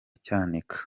cyanika